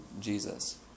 Jesus